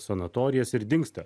sanatorijas ir dingsta